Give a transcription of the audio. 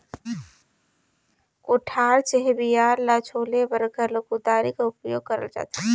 कोठार चहे बियारा ल छोले बर घलो कुदारी कर उपियोग करल जाथे